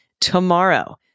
tomorrow